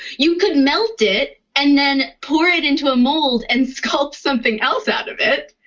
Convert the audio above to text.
you could melt it and then pour it into a mould and sculpt something else out of it!